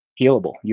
healable